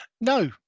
No